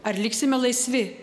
ar liksime laisvi